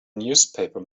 newspaper